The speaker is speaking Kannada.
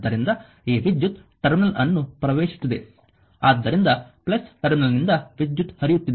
ಆದ್ದರಿಂದ ಈ ವಿದ್ಯುತ್ ಟರ್ಮಿನಲ್ ಅನ್ನು ಪ್ರವೇಶಿಸುತ್ತಿದೆ ಆದ್ದರಿಂದ ಟರ್ಮಿನಲ್ ನಿಂದ ವಿದ್ಯುತ್ ಹರಿಯುತ್ತಿದೆ